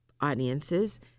audiences